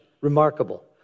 Remarkable